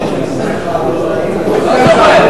מגיע.